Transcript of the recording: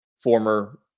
former